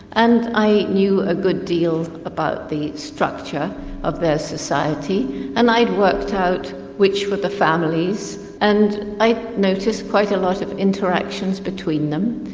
and i knew a good deal about the structure of their society and i'd worked out which were the families and i noticed quite a lot of the interactions between them.